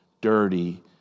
dirty